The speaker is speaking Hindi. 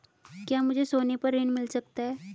क्या मुझे सोने पर ऋण मिल सकता है?